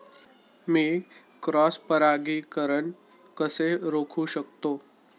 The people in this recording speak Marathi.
मी क्रॉस परागीकरण कसे रोखू शकतो?